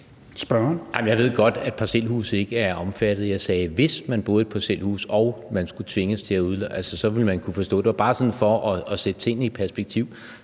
Jeg ved godt, at parcelhuse ikke er omfattet; jeg sagde, hvis man boede i et parcelhus og man skulle tvinges til at udleje, så ville man kunne forstå det. Det var bare sådan for at sætte tingene i perspektiv,